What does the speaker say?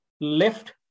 left